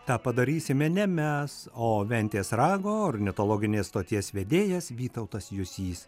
tą padarysime ne mes o ventės rago ornitologinės stoties vedėjas vytautas jusys